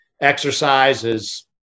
exercises